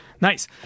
nice